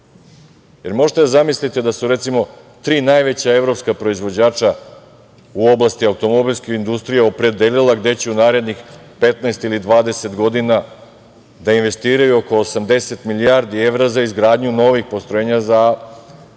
li možete da zamislite da su, recimo tri najveća evropska proizvođača u oblasti automobilske industrije opredelila gde će u narednih 15 ili 20 godina da investiraju oko 80 milijardi evra za izgradnju novih postrojenja za proizvodnju